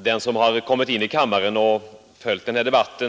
Fru talman! Den som kommit in i kammaren och följt denna debatt